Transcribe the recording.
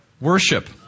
Worship